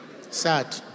Sad